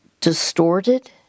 distorted